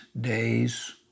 day's